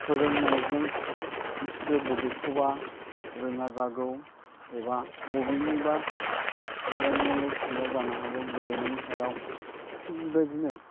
फोरोंनायजों बिसोरो बबेखौबा रोङा जागौ एबा बबेनिबा सायाव नलेज गैया जानो हागौ गेलेनायनि सायाव थिग बेबायदिनो